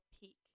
peak